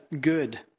good